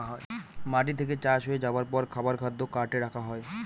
মাটি থেকে চাষ হয়ে যাবার পর খাবার খাদ্য কার্টে রাখা হয়